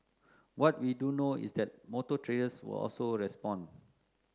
what we do know is that motor traders will also respond